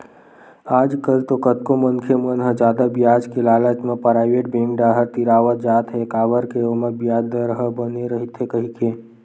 आजकल तो कतको मनखे मन ह जादा बियाज के लालच म पराइवेट बेंक डाहर तिरावत जात हे काबर के ओमा बियाज दर ह बने रहिथे कहिके